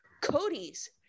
Cody's